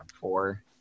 Four